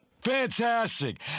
Fantastic